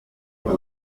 muri